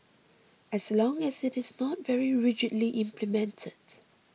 as long as it is not very rigidly implemented